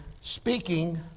speaking